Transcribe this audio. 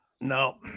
No